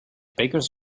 bakers